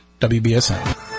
WBSN